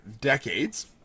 decades